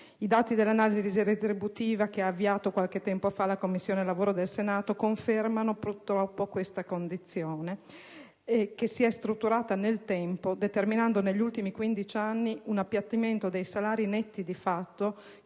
I dati dell'analisi retributiva, avviata qualche tempo fa dalla Commissione lavoro del Senato, confermano, purtroppo, questa condizione che si è strutturata nel tempo, determinando negli ultimi 15 anni un appiattimento di fatto dei salari